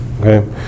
Okay